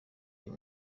uyu